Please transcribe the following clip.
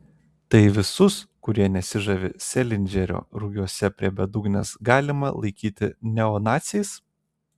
tai visus kurie nesižavi selindžerio rugiuose prie bedugnės galima laikyti neonaciais